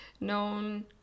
known